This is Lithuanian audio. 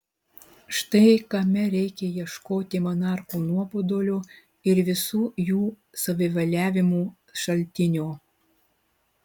štai kame reikia ieškoti monarchų nuobodulio ir visų jų savivaliavimų šaltinio